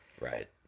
Right